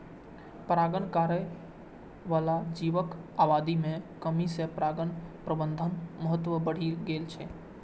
परागण करै बला जीवक आबादी मे कमी सं परागण प्रबंधनक महत्व बढ़ि गेल छै